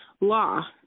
Law